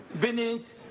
beneath